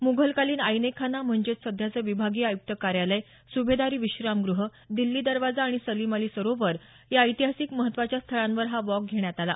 मुघलकालीन आईनेखाना म्हणजेच सध्याचं विभागीय आयुक्त कार्यालय सुभेदारी विश्रामगुह दिल्ली दरवाजा आणि सलीम अली सरोवर या ऐतिहासिक महत्त्वाच्या स्थळांवर हा वॉक घेण्यात आला